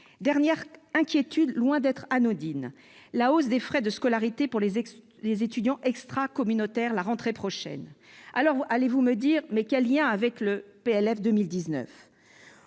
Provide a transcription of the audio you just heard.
Dernière inquiétude, loin d'être anodine : la hausse des frais de scolarité pour les étudiants extracommunautaires à la rentrée prochaine. Alors, allez-vous me dire, quel lien avec le PLF 2019 ?